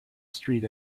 street